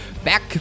back